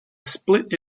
split